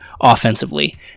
offensively